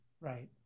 Right